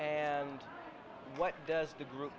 and what does the group